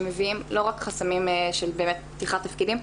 לא רק חסמים של פתיחת תפקידים,